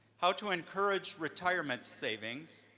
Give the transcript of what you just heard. how to encourage retirement savings,